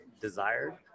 desired